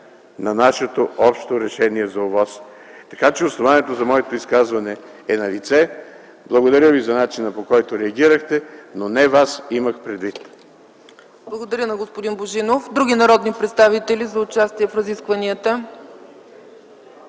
на нашето общо решение за ОВОС. Така че основанието за моето изказване е налице. Благодаря Ви за начина, по който реагирахте, но не Вас имах предвид.